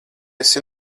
esi